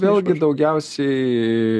vėlgi daugiausiai